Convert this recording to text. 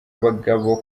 abagabo